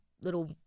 little